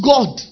God